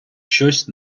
щось